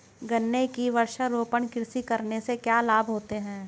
गन्ने की वृक्षारोपण कृषि करने से क्या लाभ होते हैं?